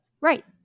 Right